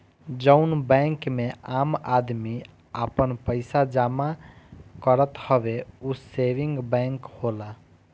जउन बैंक मे आम आदमी आपन पइसा जमा करत हवे ऊ सेविंग बैंक होला